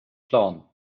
plan